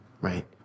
Right